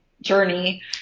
journey